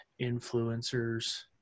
influencers